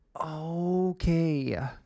Okay